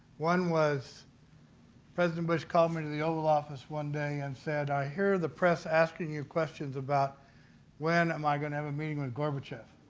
one was president bush called me to the oval office one day and said i hear the press asking you questions about when am i going to have a meeting with gorbachev,